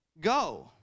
go